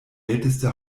älteste